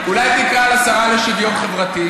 לא, אולי תקרא לשרה לשוויון חברתי?